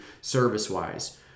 service-wise